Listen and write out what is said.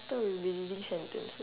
I thought we'll be reading sentences